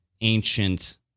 ancient